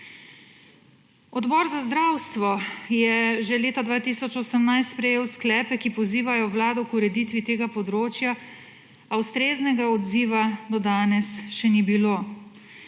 Odbor za zdravstvo je že leta 2018 sprejel sklepe, ki pozivajo Vlado k ureditvi tega področja, a ustreznega odziva do danes še ni bilo.